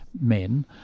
men